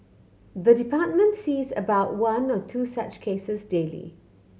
the department sees about one or two such cases daily